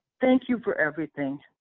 thank you for everything.